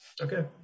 Okay